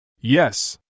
yes